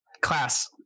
class